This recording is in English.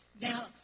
Now